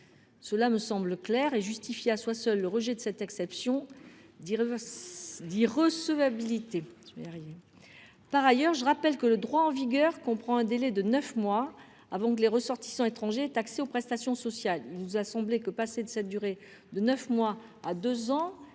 Cela semble clair pour moi et cela justifie en soi le rejet de cette exception d’irrecevabilité. Par ailleurs, je rappelle que le droit en vigueur prévoit un délai de neuf mois pour que les ressortissants étrangers aient accès aux prestations sociales. Il nous a semblé que passer de cette durée à deux ans